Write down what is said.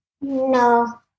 No